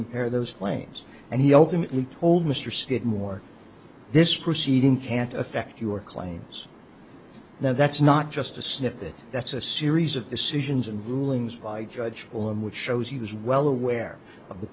impair those claims and he ultimately told mr skidmore this proceeding can't affect your claims now that's not just a snippet that's a series of decisions and rulings by judge for him which shows he was well aware of the